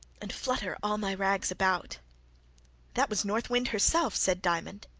and flutter all my rags about that was north wind herself, said diamond.